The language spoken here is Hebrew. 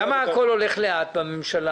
למה הכול הולך לאט בממשלה?